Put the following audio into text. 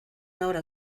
ahora